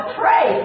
pray